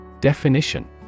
Definition